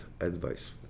advice